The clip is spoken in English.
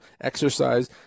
exercise